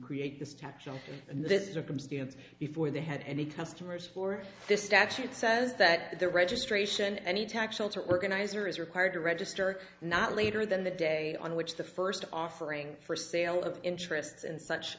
and before they had any customers for it this statute says that the registration any tax shelter organizer is required to register not later than the day on which the first offering for sale of interests and such